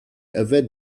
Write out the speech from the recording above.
yfed